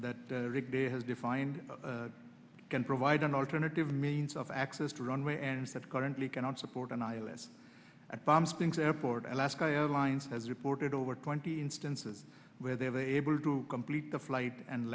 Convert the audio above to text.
that has defined can provide an alternative means of access to runway and said currently cannot support an i l s at palm springs airport alaska airlines has reported over twenty instances where they were able to complete the flight and